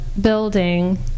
building